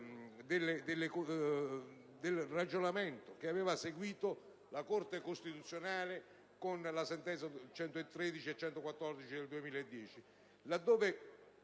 del ragionamento che aveva seguito la Corte costituzionale con le sentenze nn. 113 e 114 del 2010,